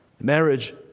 Marriage